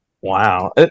wow